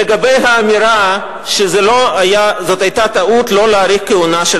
ולגבי האמירה שזו היתה טעות לא להאריך את הכהונה של